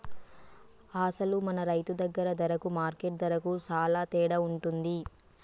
అసలు మన రైతు దగ్గర ధరకు మార్కెట్ ధరకు సాలా తేడా ఉంటుంది